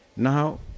Now